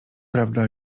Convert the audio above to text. prawda